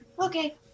Okay